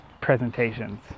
presentations